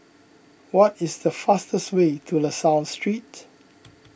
what is the fastest way to La Salle Street